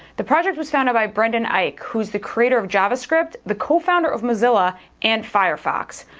the project was founded by brendan eich who's the creator of javascript, the co-founder of mozilla and firefox.